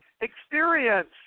experience